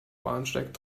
bahnsteig